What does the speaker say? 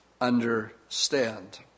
understand